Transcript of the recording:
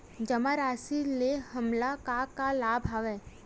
जमा राशि ले हमला का का लाभ हवय?